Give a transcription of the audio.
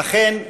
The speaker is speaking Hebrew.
אכן,